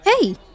Hey